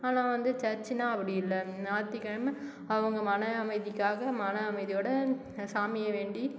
ஆனால் வந்து சர்ச்சுனா அப்படி இல்லை ஞாயித்துக்கிழமை அவங்க மன அமைதிக்காக மன அமைதியோடு சாமியை வேண்டி